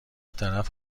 طرف